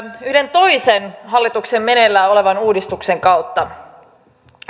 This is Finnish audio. toisen hallituksen meneillään olevan uudistuksen kautta